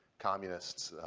communists,